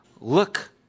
Look